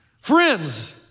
Friends